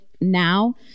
now